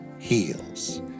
heals